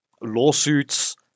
lawsuits